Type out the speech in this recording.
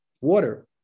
water